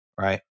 right